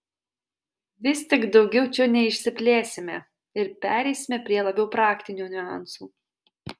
vis tik daugiau čia neišsiplėsime ir pereisime prie labiau praktinių niuansų